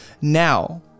Now